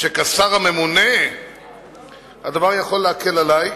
שכשר הממונה הדבר יכול להקל עלי,